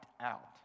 out